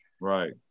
right